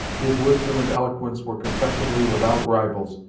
his wisdom and eloquence were confessedly without rivals,